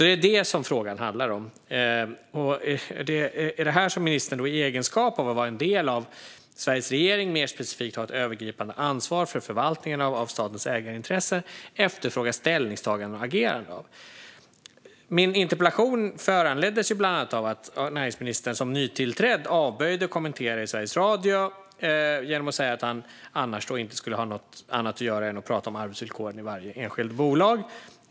Det är vad frågan handlar om. Ministern har i sin egenskap som en del av Sveriges regering mer specifikt ett övergripande ansvar för förvaltningen av statens ägarintresse, och jag efterfrågar hans och regeringens ställningstagande och agerande. Min interpellation föranleddes bland annat av att näringsministern som nytillträdd avböjde att kommentera i Sveriges Radio genom att säga att han annars inte skulle ha något annat att göra än att prata om arbetsvillkoren i varje enskilt bolag.